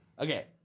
Okay